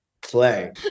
play